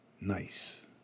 nice